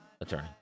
attorney